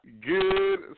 Good